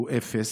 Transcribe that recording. הוא אפס.